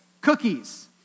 cookies